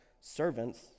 servants